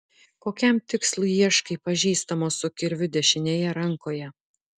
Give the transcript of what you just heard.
kokiam tikslui ieškai pažįstamo su kirviu dešinėje rankoje